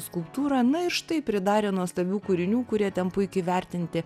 skulptūrą na ir štai pridarė nuostabių kūrinių kurie ten puikiai įvertinti